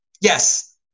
Yes